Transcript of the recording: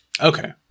Okay